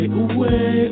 away